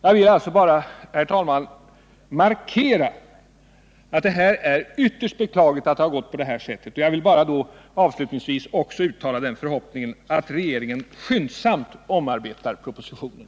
Jag vill alltså bara, herr talman, markera att det är ytterst beklagligt att det gått på det här sättet. Avslutningsvis vill jag uttala förhoppningen att regeringen skyndsamt skall omarbeta propositionen.